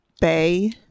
bay